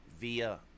Via